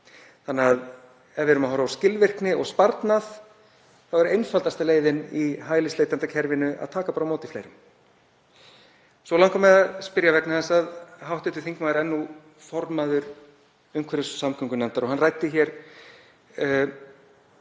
Ef við erum að horfa á skilvirkni og sparnað þá er einfaldasta leiðin í hælisleitendakerfinu að taka bara á móti fleirum. Svo langar mig að spyrja vegna þess að hv. þingmaður er formaður umhverfis- og samgöngunefndar og hann ræddi hér